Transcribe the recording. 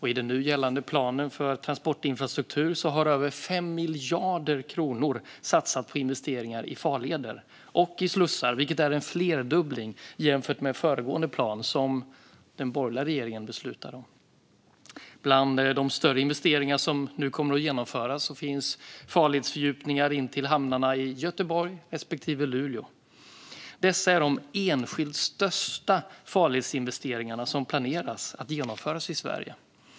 I den nu gällande planen för transportinfrastruktur har över 5 miljarder kronor satsats på investeringar i farleder och i slussar, vilket är en flerdubbling jämfört med föregående plan som den borgerliga regeringen beslutade om. Bland de större investeringar som nu kommer att genomföras finns farledsfördjupningar in till hamnarna i Göteborg respektive Luleå. Dessa är de enskilt största farledsinvesteringar som planeras att genomföras i Sverige.